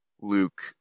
Luke